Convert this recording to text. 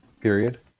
period